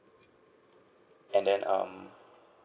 and then um